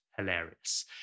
Hilarious